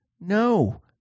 No